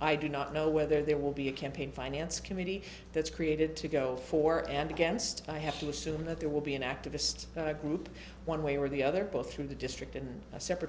i do not know whether there will be a campaign finance committee that's created to go for and against i have to assume that there will be an activist group one way or the other both through the district and a separate